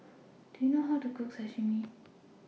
Do YOU know How to Cook Sashimi